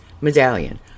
Medallion